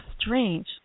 strange